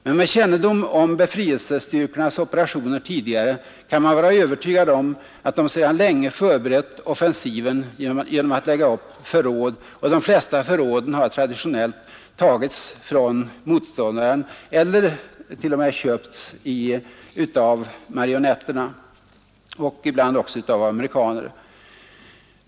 Men med kännedom om befrielsestyrkornas opera tioner tidigare kan man vara övertygad om att de sedan länge förberett offensiven genom att lägga upp förråd, och de flesta förråden har traditionellt tagits från motståndaren eller t.o.m. köps av marionetterna och ibland också av amerikanerna.